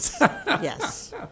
yes